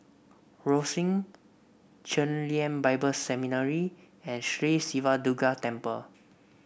Rosyth Chen Lien Bible Seminary and Sri Siva Durga Temple